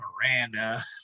Miranda